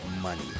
money